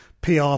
PR